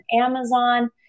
Amazon